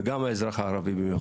גם של האזרח הערבי.